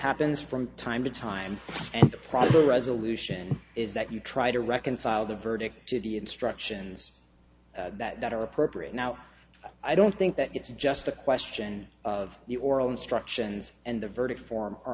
happens from time to time and the problem resolution is that you try to reconcile the verdict to the instructions that are appropriate now i don't think that it's just a question of the oral instructions and the verdict form